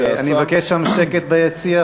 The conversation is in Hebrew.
אני אבקש שם שקט ביציע,